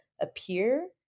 appear